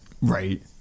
Right